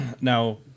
Now